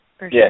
Yes